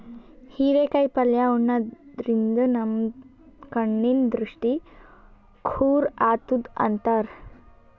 ಹಿರೇಕಾಯಿ ಪಲ್ಯ ಉಣಾದ್ರಿನ್ದ ನಮ್ ಕಣ್ಣಿನ್ ದೃಷ್ಟಿ ಖುರ್ ಆತದ್ ಅಂತಾರ್